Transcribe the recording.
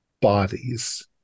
bodies